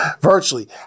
virtually